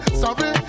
sorry